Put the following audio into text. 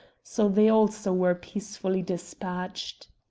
so they also were peacefully despatched.